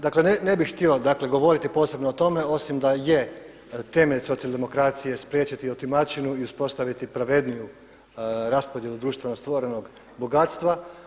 Dakle, ne bih htio dakle govoriti posebno o tome osim da je temelj socijaldemokracije spriječiti otimačinu i uspostaviti pravedniju raspodjelu društveno stvorenog bogatstva.